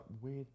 weird